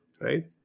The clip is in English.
right